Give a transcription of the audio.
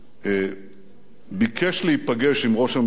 ביקש להיפגש עם ראש הממשלה רבין